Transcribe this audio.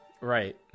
Right